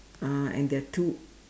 ah and there are two